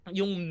yung